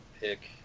pick